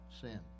sin